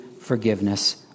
forgiveness